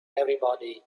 everybody